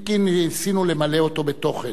אם כי ניסינו למלא אותו בתוכן,